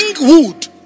wood